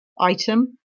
item